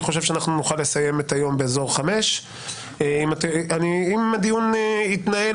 אני חושב שנוכל לסיים את היום באזור 17:00. אם הדיון יתנהל